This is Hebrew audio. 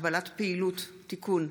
הגבלת פעילות) (תיקון),